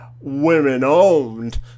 women-owned